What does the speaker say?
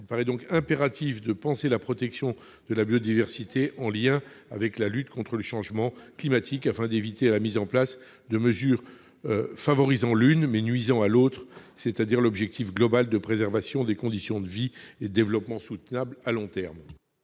Il est impératif de penser la protection de la biodiversité en lien avec la lutte contre le changement climatique afin d'éviter la mise en place de mesures favorisant l'une, mais nuisant à l'objectif global de préservation de conditions de vie et de développement soutenables à long terme.